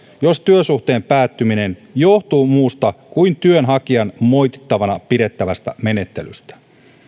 jos työsuhteen päättyminen johtuu muusta kuin työnhakijan moitittavana pidettävästä menettelystä